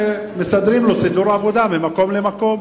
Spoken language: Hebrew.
מסדרים לו סידור עבודה ממקום למקום.